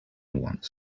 wants